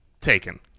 taken